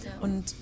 Und